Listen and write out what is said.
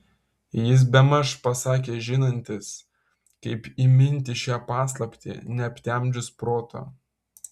jis bemaž pasakė žinantis kaip įminti šią paslaptį neaptemdžius proto